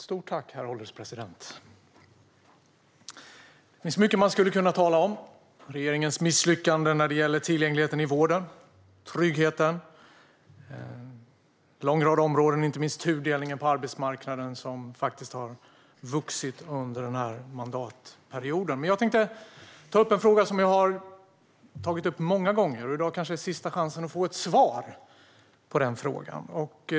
Herr ålderspresident! Det finns mycket man skulle kunna tala om. Regeringens misslyckande när det gäller tillgängligheten i vården, tryggheten och en lång rad områden. Det gäller inte minst tudelningen på arbetsmarknaden, som har vuxit under mandatperioden. Jag tänkte ta upp en fråga som jag har tagit upp många gånger. I dag kanske är sista chansen att få ett svar på den frågan.